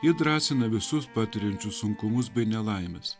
ji drąsina visus patiriančius sunkumus bei nelaimes